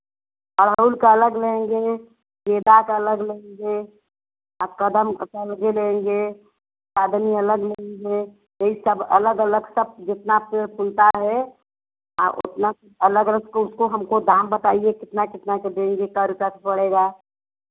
गुड़हल का अलग लेंगे गेंदा का अलग लेंगे आ कदम का तो अलगै लेंगे चाँदनी अलग लेंगे यही सब अलग अलग सब जेतना पेड़ फुलता है अपना अलग अलग उसको हमको दाम बताइए कितना कितना का देंगे कै रुपये पड़ेगा